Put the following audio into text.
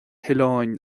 hoileáin